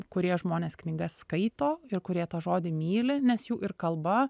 kurie žmonės knygas skaito ir kurie tą žodį myli nes jų ir kalba